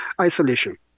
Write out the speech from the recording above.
isolation